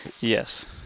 Yes